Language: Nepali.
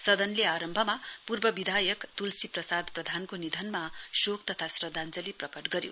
सदनले आरम्भमा पूर्व विधायक तुलसी प्रसाद प्रधानको निधनमा शोक तथा श्रध्दाञ्जली प्रकट गर्यो